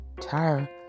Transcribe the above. tire